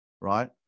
right